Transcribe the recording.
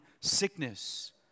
sickness